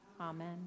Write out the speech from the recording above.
Amen